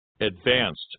advanced